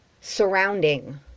surrounding